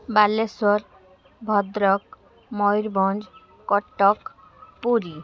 Balasore Bhadrak Mayurbhanj Cuttack Puri